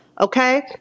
Okay